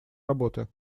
работы